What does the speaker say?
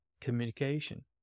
communication